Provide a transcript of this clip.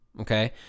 Okay